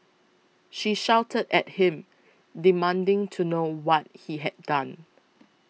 she shouted at him demanding to know what he had done